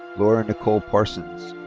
lauren nicole parsons.